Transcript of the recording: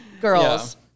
girls